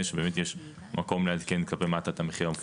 שבאמת יש מקום לעדכן את המחיר המפוקח כלפי מטה.